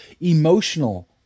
emotional